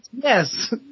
Yes